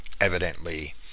Evidently